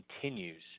continues